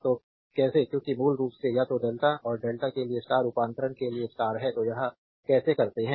तो कैसे क्योंकि मूल रूप से या तो डेल्टा और डेल्टा के लिए स्टार रूपांतरण के लिए स्टार है तो यह कैसे करते हैं